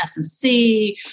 SMC